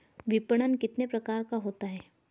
विपणन कितने प्रकार का होता है?